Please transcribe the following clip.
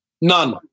None